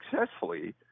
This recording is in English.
successfully